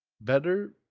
better